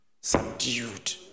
Subdued